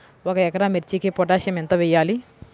ఒక ఎకరా మిర్చీకి పొటాషియం ఎంత వెయ్యాలి?